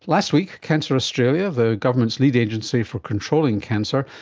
last week cancer australia, the government's lead agency for controlling cancer,